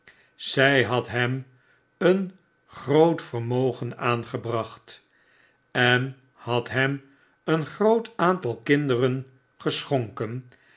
zy had hem een groot vermogen aangebracht en had hem een groot aantal kinderen geschonken